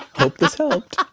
hope this helped